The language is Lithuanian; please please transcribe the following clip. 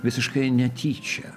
visiškai netyčia